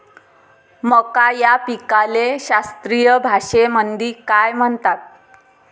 मका या पिकाले शास्त्रीय भाषेमंदी काय म्हणतात?